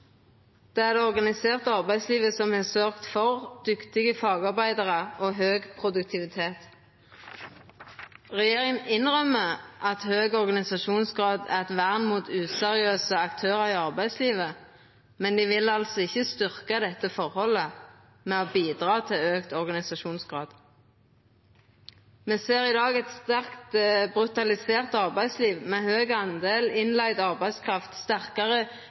Det er det organiserte arbeidslivet som har sørgd for dyktige fagarbeidarar og høg produktivitet. Regjeringa innrømmer at høg organisasjonsgrad er eit vern mot aktørar i arbeidslivet som ikkje er seriøse, men dei vil ikkje styrkja dette forholdet ved å bidra til auka organisasjonsgrad. Me ser i dag eit sterkt brutalisert arbeidsliv, med ein høg del innleidd arbeidskraft, sterkare